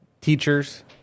teachers